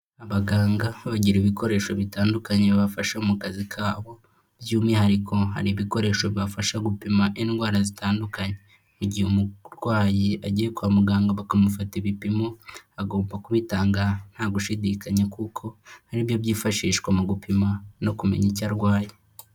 Abaganga bagira ibikoresho bitandukanye bibafasha mu kazi kabo by'umwihariko, hari ibikoresho bibafasha gupima indwara zitandukanye. Igihe umurwayi agiye kwa muganga bakamufata ibipimo agomba kubitanga nta gushidikanya kuko ari byo byifashishwa mu gupima no kumenya icyo arwaye.